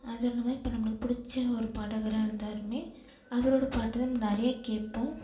அதில் உள்ளமாதிரி இப்போ நம்மளுக்கு பிடிச்ச ஒரு பாடகராக இருந்தாலுமே அவரோட பாட்டை தான் நம்ம நிறைய கேட்போம்